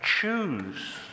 choose